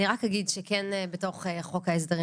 אני רק אגיד שכן בתוך חוק ההסדרים